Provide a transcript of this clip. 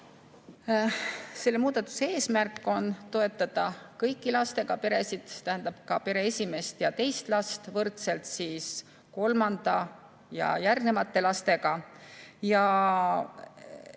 Selle muudatuse eesmärk on toetada kõiki lastega peresid, see tähendab ka pere esimest ja teist last võrdselt kolmanda ja järgnevate lastega.